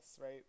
right